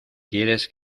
quieres